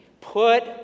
Put